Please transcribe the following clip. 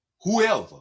whoever